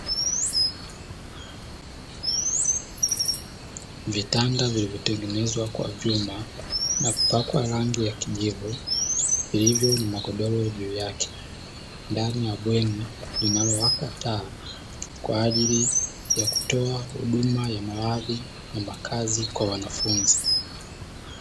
Vitanda vilivyotenengezwa kwa vyuma na kupakwa rangi ya kijivu, vilivyo na magodoro juu yake ndani ya bweni linalowaka taa kwaajili ya kutoa huduma ya malazi na makazi kwa wanafunzi.